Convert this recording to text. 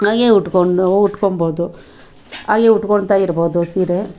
ಹಾಗೆ ಉಟ್ಕೊಂಡು ಉಟ್ಕೋಬೋದು ಆಗೆ ಉಟ್ಕೊಳ್ತಾ ಇರಬೋದು ಸೀರೆ